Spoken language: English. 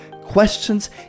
questions